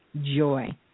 joy